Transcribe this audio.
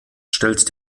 stellt